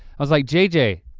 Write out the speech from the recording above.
i was like j j,